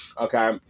okay